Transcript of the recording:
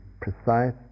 precise